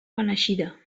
beneixida